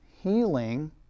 Healing